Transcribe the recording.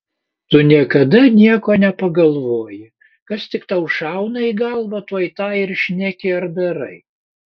tu niekada nieko nepagalvoji kas tik tau šauna į galvą tuoj tą ir šneki ar darai